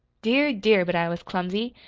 dear, dear, but i was clumsy!